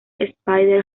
spider